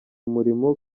umurimo